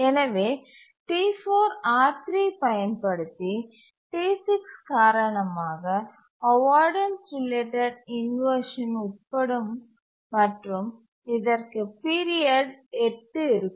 எனவே T4 R3 பயன்படுத்தி T6 காரணமாக அவாய்டன்ஸ் ரிலேட்டட் இன்வர்ஷன் உட்படும் மற்றும் இதற்கு பீரியட் 8 இருக்கும்